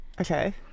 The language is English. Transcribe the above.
Okay